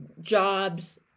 jobs